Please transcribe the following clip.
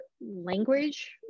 language